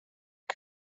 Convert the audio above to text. che